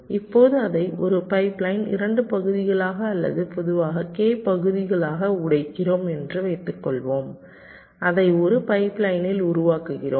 இப்போது அதை ஒரு பைப்லைன் 2 பகுதிகளாக அல்லது பொதுவாக k பகுதிகளாக உடைக்கிறோம் என்று வைத்துக்கொள்வோம் அதை ஒரு பைப்லைனில் உருவாக்குகிறோம்